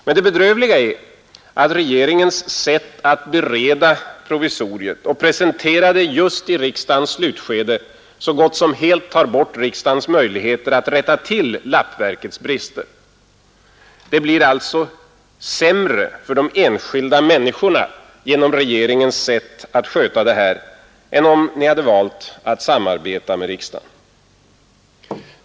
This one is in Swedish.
Men det bedrövliga är att regeringens sätt att bereda provisoriet och presentera det just i riksdagens slutskede så gott som helt tar bort riksdagens möjligheter att rätta till lappverkets brister. Det blir alltså sämre för de enskilda människorna genom regeringens sätt att sköta det här än om ni hade valt att samarbeta med riksdagen.